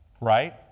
Right